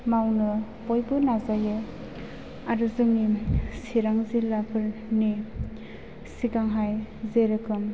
मावनो बयबो नाजायो आरो जोंनि चिरां जिल्लाफोरनि सिगांहाय जेरोखोम